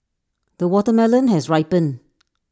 the watermelon has ripened